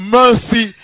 mercy